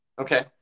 Okay